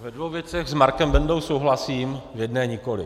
Ve dvou věcech s Markem Bendou souhlasím, v jedné nikoli.